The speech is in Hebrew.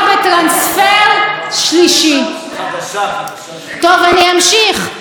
שכולכם כאן בצד מתיישרים לפני כל קפריזה וגחמה שלו,